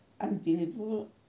unbelievable